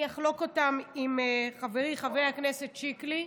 שגם את העשר דקות שלי אני אחלוק עם חברי חבר הכנסת שיקלי,